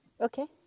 Okay